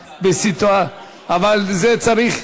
אבל לזה צריך,